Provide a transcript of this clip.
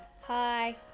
Hi